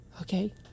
Okay